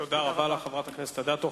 תודה רבה לחברת הכנסת אדטו.